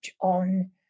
on